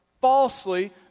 falsely